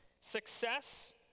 Success